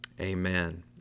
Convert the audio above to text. amen